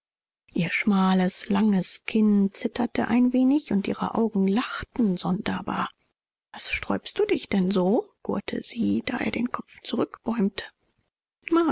ihr schmales langes kinn zitterte ein wenig und ihre augen lachten sonderbar was sträubst du dich denn so gurrte sie da er den kopf zurückbäumte